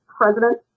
president